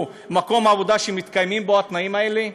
מקום עבודה שמתקיימים בו התנאים האלה,